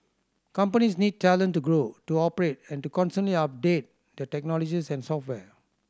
companies need talent to grow to operate and to constantly update their technologies and software